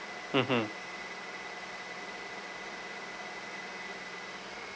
mmhmm